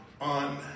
on